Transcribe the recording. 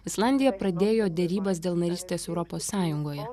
islandija pradėjo derybas dėl narystės europos sąjungoje